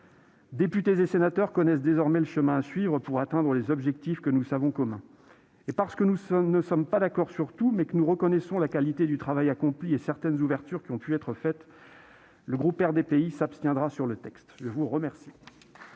Députés et sénateurs connaissent désormais le chemin à suivre pour atteindre les objectifs que nous savons communs. Et parce que nous ne sommes pas d'accord sur tout, mais que nous reconnaissons la qualité du travail accompli et certaines ouvertures qui ont pu être faites, le groupe RDPI s'abstiendra sur le texte. La parole